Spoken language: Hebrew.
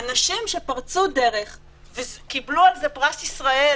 עיינתי בחוק.